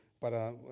para